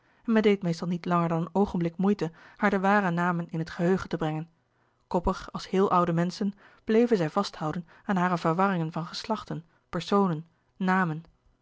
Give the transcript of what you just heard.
men deed meestal niet langer dan een oogenblik moeite haar de ware namen in het geheugen te brengen koppig als heel oude menschen bleven zij vasthouden aan hare verwarringen van geslachten personen namen